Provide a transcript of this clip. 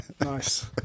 Nice